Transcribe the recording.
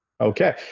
okay